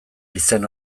izen